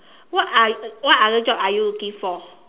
what ot~ what other job are you looking for